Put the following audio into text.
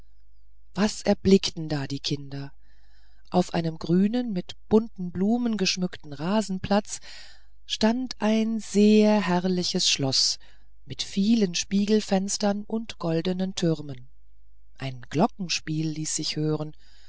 was erblickten da die kinder auf einem grünen mit bunten blumen geschmückten rasenplatz stand ein sehr herrliches schloß mit vielen spiegelfenstern und goldnen türmen ein glockenspiel ließ sich hören